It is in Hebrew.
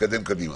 נתקדם קדימה.